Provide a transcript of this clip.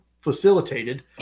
facilitated